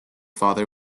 father